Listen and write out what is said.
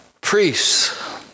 Priests